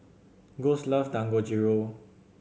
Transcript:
Gus love Dangojiru